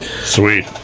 Sweet